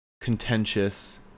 contentious